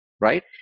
right